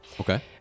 Okay